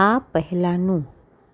આ પહેલાંનું